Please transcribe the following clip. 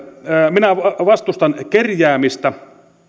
minä vastustan kerjäämistä